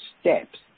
steps